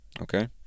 Okay